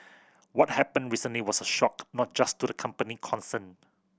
what happened recently was a shock not just to the company concerned